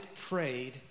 prayed